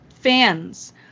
fans